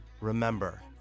Remember